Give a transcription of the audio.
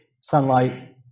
sunlight